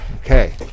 Okay